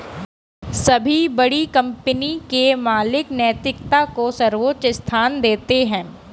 सभी बड़ी कंपनी के मालिक नैतिकता को सर्वोच्च स्थान देते हैं